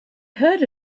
heard